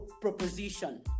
proposition